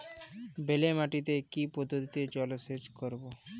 বেলে মাটিতে কি পদ্ধতিতে জলসেচ করব?